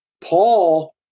Paul